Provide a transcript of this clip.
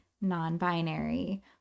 non-binary